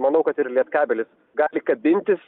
manau kad ir lietkabelis gali kabintis